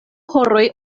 horoj